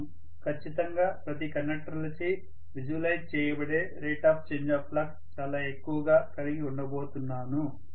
నేను ఖచ్చితంగా ప్రతి కండక్టర్లచే విజువలైజ్ చేయబడే rate of change of flux చాలా ఎక్కువగా కలిగి ఉండబోతున్నాను